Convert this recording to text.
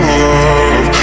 love